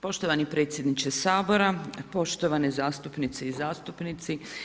Poštovani predsjedniče Sabora, poštovane zastupnice i zastupnici.